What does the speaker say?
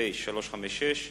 פ/356.